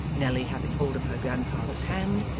nelly having hold of her grandfather's hand,